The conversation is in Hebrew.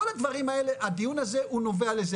כל הדברים האלה הדיון הזה הוא נובע מזה,